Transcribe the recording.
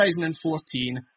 2014